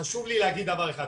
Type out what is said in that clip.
חשוב לי להגיד דבר אחד.